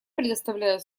предоставляю